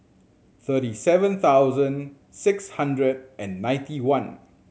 thirty seven thousand six hundred and ninety one